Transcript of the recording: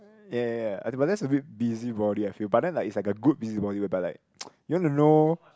ya ya ya I don't know but that's a bit busybody I feel but like then it's a good busybody whereby like ppo you want to know